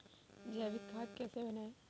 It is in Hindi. जैविक खाद कैसे बनाएँ?